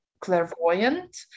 clairvoyant